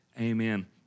amen